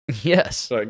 Yes